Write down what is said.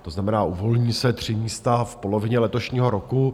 To znamená, uvolní se 3 místa v polovině letošního roku.